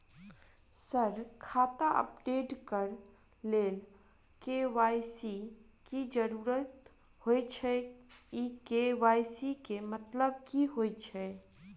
Sir खाता update करऽ लेल के.वाई.सी की जरुरत होइ छैय इ के.वाई.सी केँ मतलब की होइ छैय?